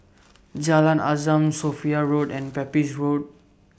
Jalan Azam Sophia Road and Pepys Road